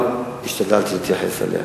אבל השתדלתי להתייחס אליה.